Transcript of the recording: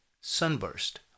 sunburst